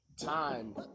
Time